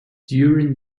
during